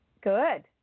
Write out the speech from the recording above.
Good